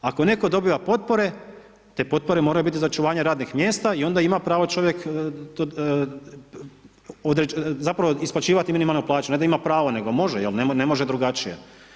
Ako netko dobiva potpore, te potpore moraju biti za očuvanje radnih mjesta i onda ima pravo čovjek zapravo isplaćivati minimalnu plaću, ne da ima prao, nego može, jer ne može drugačije.